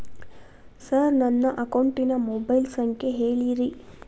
sir ನನ್ನ ಅಕೌಂಟಿನ mobile ಸಂಖ್ಯೆ ಹೇಳಿರಿ